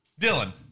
Dylan